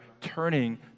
turning